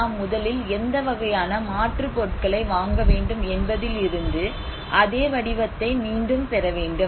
நாம் முதலில் எந்த வகையான மாற்றுப் பொருட்களை வாங்க வேண்டும் என்பதிலிருந்து அதே வடிவத்தை மீண்டும் பெற வேண்டும்